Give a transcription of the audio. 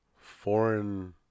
foreign